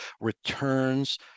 returns